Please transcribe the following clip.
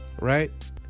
Right